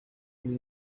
ibi